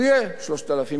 זה יהיה 3,600,